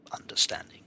understanding